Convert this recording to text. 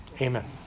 amen